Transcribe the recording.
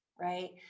right